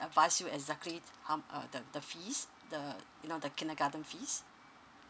advise you exactly um uh the the fees the you know the kindergarten fees